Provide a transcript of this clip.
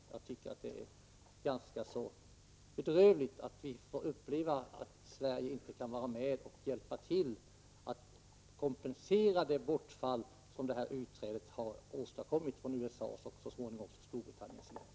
Jag tycker det är ganska så bedrövligt att vi måste uppleva att Sverige inte kan vara med och hjälpa till att kompensera det bortfall som USA:s utträde, och så småningom Storbritanniens, inneburit.